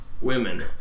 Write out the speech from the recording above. Women